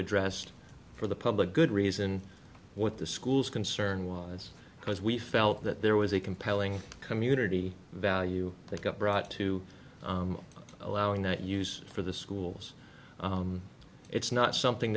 address for the public good reason with the schools concern was because we felt that there was a compelling community value that got brought to allowing that use for the schools it's not something